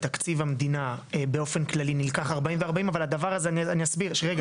בתקציב המדינה באופן כללי נלקח 40 ו-40 אבל הדבר הזה הוא בתיאום